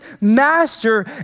master